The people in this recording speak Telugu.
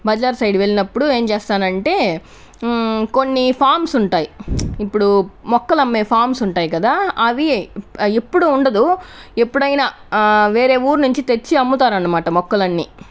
బజార్ సైడు వెళ్నప్పుడు ఏం చేస్తానంటే కొన్ని ఫామ్స్ ఉంటాయి ఇప్పుడు మొక్కలమ్మే ఫామ్స్ ఉంటాయి కదా అవి ఎప్పుడూ ఉండదు ఎప్పుడైనా వేరే ఊరు నుంచి తెచ్చి అమ్ముతారనమాట మొక్కలన్నీ